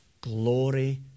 Glory